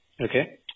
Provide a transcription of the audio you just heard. Okay